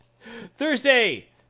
Thursday